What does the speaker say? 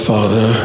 Father